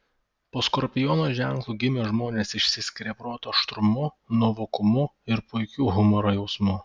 po skorpiono ženklu gimę žmonės išsiskiria proto aštrumu nuovokumu ir puikiu humoro jausmu